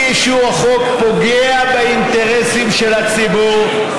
אי-אישור החוק פוגע באינטרסים של הציבור.